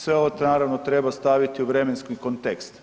Sve ovo naravno treba staviti u vremenski kontekst.